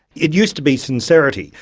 it used to be sincerity.